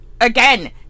again